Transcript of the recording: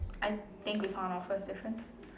I think we found our first difference